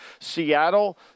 Seattle